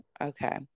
okay